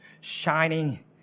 shining